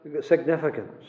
significance